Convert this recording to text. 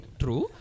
true